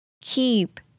Keep